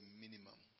minimum